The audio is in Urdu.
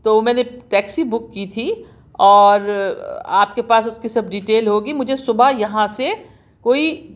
تو میں نے ٹیکسی بک کی تھی اور آپ کے پاس اُس کی سب ڈیٹیل ہوگی مجھے صُبح یہاں سے کوئی